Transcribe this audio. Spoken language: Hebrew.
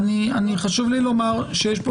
חשוב לי לומר שיש פה,